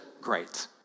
great